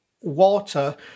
water